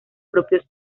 propios